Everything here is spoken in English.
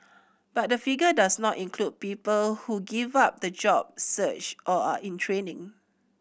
but the figure does not include people who give up the job search or are in training